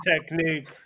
technique